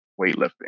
weightlifting